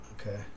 Okay